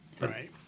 right